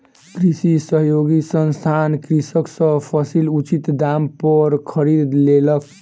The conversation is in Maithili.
कृषि सहयोगी संस्थान कृषक सॅ फसील उचित दाम पर खरीद लेलक